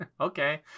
Okay